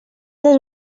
les